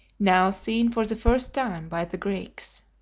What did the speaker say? now seen for the first time by the greeks.